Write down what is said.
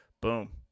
boom